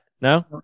No